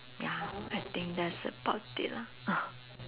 ya I think that's about it lah